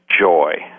joy